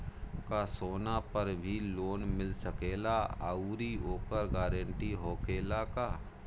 का सोना पर भी लोन मिल सकेला आउरी ओकर गारेंटी होखेला का?